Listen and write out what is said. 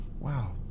wow